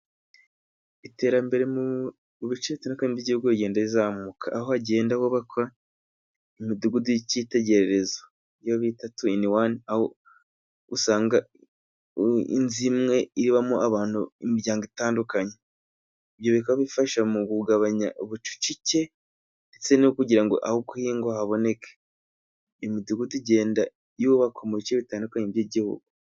Iterambere mu bice bitandukanye by'Igihugu rigenda rizamuka. Aho hagenda hubakwa imidugudu y'icyitegererezo, iyo bita tu ini wane aho usanga inzu imwe ibamo abantu, imiryango itandukanye. Ibyo bikaba bifasha mu kugabanya ubucucike ndetse no kugira ngo aho guhingwa haboneke. Imidugudu igenda yubakwa mu bice bitandukanye by'Igihugu.